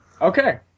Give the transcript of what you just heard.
okay